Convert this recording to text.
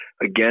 again